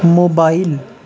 mobile